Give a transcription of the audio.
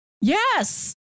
Yes